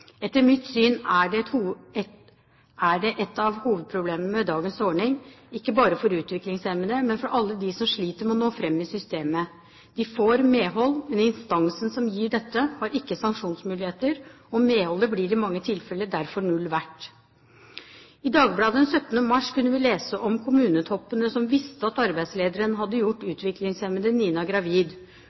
Etter mitt syn er dét et av hovedproblemene med dagens ordning, ikke bare for utviklingshemmede, men for alle dem som sliter med å nå fram i systemet. De får medhold, men instansen som gir dette, har ikke sanksjonsmuligheter, og medholdet blir derfor i mange tilfeller null verdt. I Dagbladet den 17. mars kunne vi lese om kommunetoppene som visste at arbeidslederen hadde gjort utviklingshemmede Nina gravid.